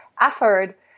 effort